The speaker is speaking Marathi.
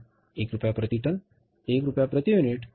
1 रूपया प्रति टन 1 रूपया प्रति युनिट